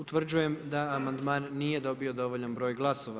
Utvrđujem da amandman nije dobio dovoljan broj glasova.